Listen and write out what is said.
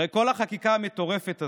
הרי כל החקיקה המטורפת הזו,